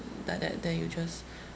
like that then you just